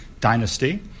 dynasty